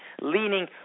leaning